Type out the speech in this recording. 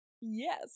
Yes